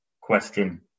question